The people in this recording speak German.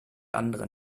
anderen